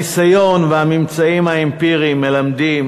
הניסיון והממצאים האמפיריים מלמדים